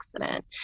accident